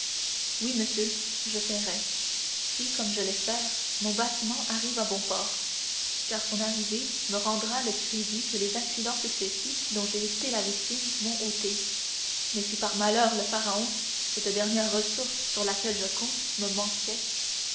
oui monsieur je paierai si comme je l'espère mon bâtiment arrive à bon port car son arrivée me rendra le crédit que les accidents successifs dont j'ai été la victime m'ont ôté mais si par malheur le pharaon cette dernière ressource sur laquelle je compte me manquait